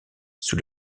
sous